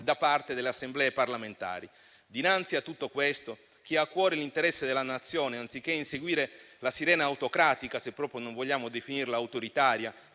da parte delle assemblee parlamentari. Dinanzi a tutto questo, chi ha a cuore l'interesse della Nazione, anziché inseguire la sirena autocratica, se proprio non vogliamo definirla autoritaria,